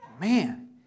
Man